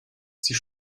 sie